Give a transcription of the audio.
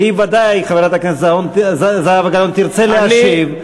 וודאי שחברת הכנסת גלאון תרצה להשיב,